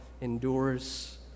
endures